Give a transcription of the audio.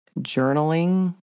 Journaling